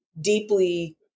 deeply